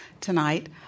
tonight